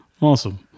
Awesome